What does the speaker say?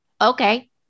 okay